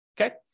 okay